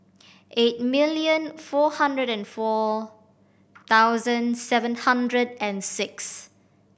eight million four hundred and four thousand seven hundred and six